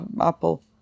Apple